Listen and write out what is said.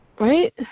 Right